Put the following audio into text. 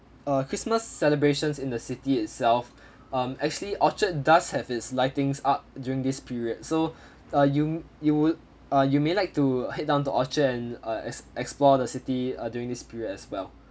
uh christmas celebrations in the city itself um actually orchard does have its lightings up during this period so uh you you would uh you may like to head down to orchard and uh ex~ explore the city uh during this period as well